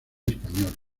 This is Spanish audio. español